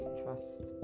trust